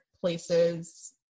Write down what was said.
places